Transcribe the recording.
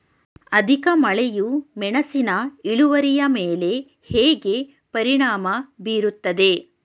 ಅಧಿಕ ಮಳೆಯು ಮೆಣಸಿನ ಇಳುವರಿಯ ಮೇಲೆ ಹೇಗೆ ಪರಿಣಾಮ ಬೀರುತ್ತದೆ?